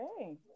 okay